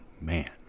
man